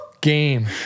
Game